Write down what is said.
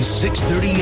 6.30